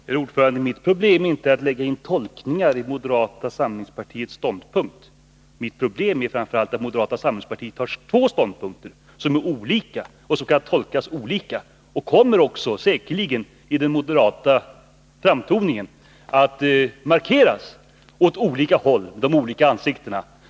Herr talman! Mitt problem är inte att lägga in tolkningar i moderata samlingspartiets ståndpunkt. Mitt problem är framför allt att moderata samlingspartiet har två ståndpunkter som är olika och kan tolkas olika. I den moderata framtoningen kommer de olika ansiktena säkerligen att markeras åt olika håll.